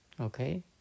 Okay